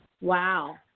Wow